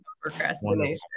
procrastination